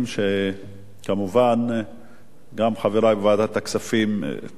וכמובן גם חברי בוועדת הכספים טיפלו בה.